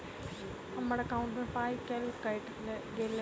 हम्मर एकॉउन्ट मे पाई केल काटल गेल एहि